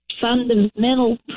fundamental